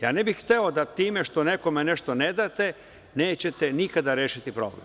Ja ne bih hteo da time što nekome nešto ne date, nećete nikada rešiti problem.